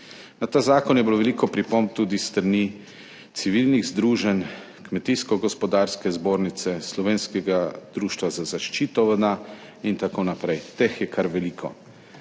Na ta zakon je bilo veliko pripomb tudi s strani civilnih združenj, Kmetijsko-gospodarske zbornice, Slovenskega društva za zaščito voda in tako naprej, teh je kar veliko.